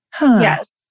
Yes